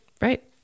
right